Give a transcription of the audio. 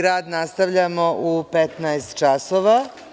Rad nastavljamo u 15,00 časova.